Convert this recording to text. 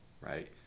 right